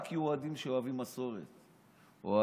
יהודים שאוהבים מסורת אסור,